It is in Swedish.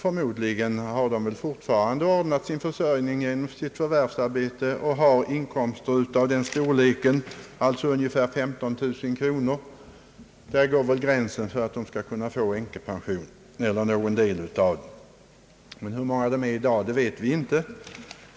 Förmodligen har de fortfarande sin försörjnng ordnad genom förvärvsarbete och har inkomster av den storleken, alltså ungefär 15 000 kronor. Där går gränsen för att de skall få änkepension eller någon del därav. Hur många de är i dag vet vi inte.